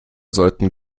sollten